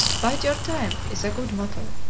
bide your time is a good motto,